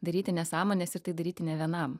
daryti nesąmones ir tai daryti ne vienam